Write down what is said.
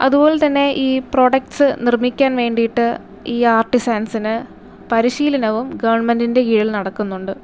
അതുപോലെ തന്നെ ഈ പ്രൊഡക്റ്റ്സ് നിർമ്മിക്കാൻ വേണ്ടിയിട്ട് ഈ ആർട്ട് സയൻസിന് പരിശീലനവും ഗവണ്മെൻറ്റിൻ്റെ കീഴിൽ നടക്കുന്നുണ്ട്